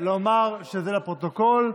לומר שזה לפרוטוקול.